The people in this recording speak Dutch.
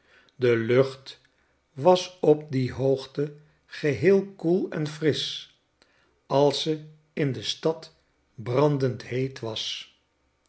de lucht was op die hoogte geheel koel en frisch als ze in de stad brandend heet was